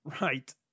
Right